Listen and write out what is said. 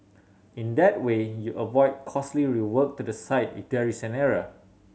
in that way you avoid costly rework to the site there is an error